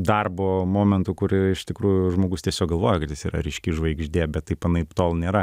darbo momentų kur iš tikrųjų žmogus tiesiog galvoja kad jis yra ryški žvaigždė bet taip anaiptol nėra